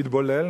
התבולל,